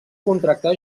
contractar